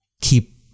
keep